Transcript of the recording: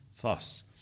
Thus